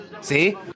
See